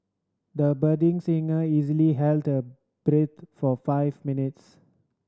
the budding singer easily held breath for five minutes